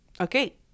Okay